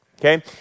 okay